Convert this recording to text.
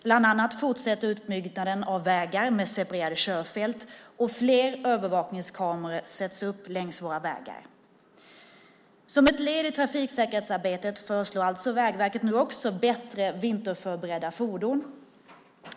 Bland annat fortsätter utbyggnaden av vägar med separerade körfält, och fler övervakningskameror sätts upp längs våra vägar. Som ett led i trafiksäkerhetsarbetet föreslår alltså Vägverket nu också bättre vinterförberedda fordon.